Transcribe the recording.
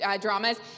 dramas